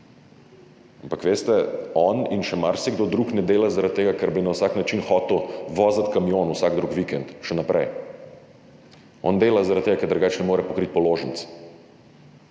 Ampak veste, on in še marsikdo drug ne dela zaradi tega, ker bi na vsak način hotel voziti kamion vsak drugi vikend še naprej, on dela zaradi tega, ker drugače ne more pokriti položnic.